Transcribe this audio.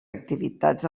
activitats